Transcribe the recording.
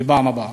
לפעם הבאה.